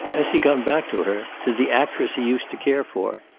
has he gone back to her? to the actress he used to care for?